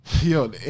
Yo